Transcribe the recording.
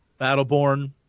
Battleborn